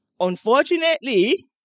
unfortunately